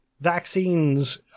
vaccines